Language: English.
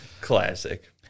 Classic